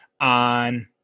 on